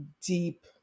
deep